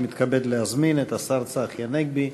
ואני מתכבד להזמין את השר צחי הנגבי